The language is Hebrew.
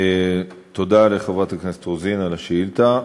תודה לחברת הכנסת רוזין על השאילתה.